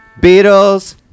Beatles